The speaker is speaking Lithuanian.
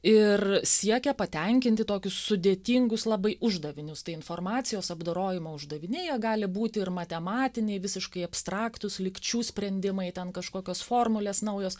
ir siekia patenkinti tokius sudėtingus labai uždavinius tai informacijos apdorojimo uždaviniai jie gali būti ir matematiniai visiškai abstraktūs lygčių sprendimai ten kažkokios formulės naujos